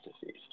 disease